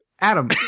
Adam